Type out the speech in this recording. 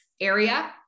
area